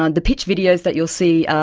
and pitch videos that you'll see,